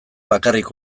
bakarrik